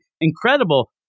incredible